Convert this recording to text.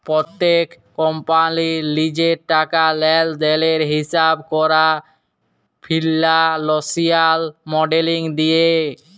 প্যত্তেক কম্পালির লিজের টাকা লেলদেলের হিঁসাব ক্যরা ফিল্যালসিয়াল মডেলিং দিয়ে